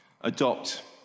adopt